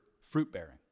fruit-bearing